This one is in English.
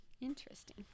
Interesting